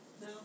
No